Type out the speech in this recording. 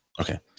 Okay